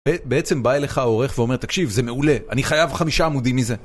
בעצם בא אליך העורך ואומר, תקשיב, זה מעולה, אני חייב חמישה עמודים מזה.